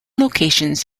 locations